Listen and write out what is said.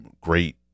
great